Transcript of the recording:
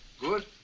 Good